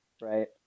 right